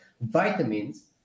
Vitamins